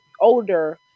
older